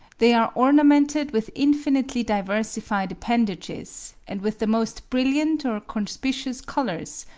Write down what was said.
they are ornamented with infinitely diversified appendages, and with the most brilliant or conspicuous colours,